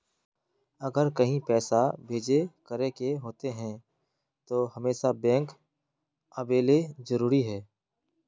अगर कहीं पैसा भेजे करे के होते है तो हमेशा बैंक आबेले जरूरी है?